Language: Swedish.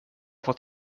fått